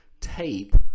tape